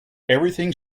everything